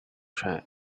try